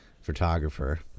photographer